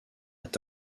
est